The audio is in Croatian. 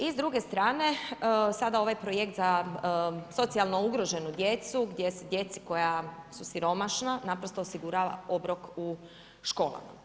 I s druge strane, sada ovaj projekt za socijalno ugroženu djecu, gdje se djeci koja su siromašna naprosto osigurava obrok u školama.